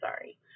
sorry